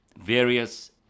various